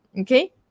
okay